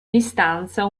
distanza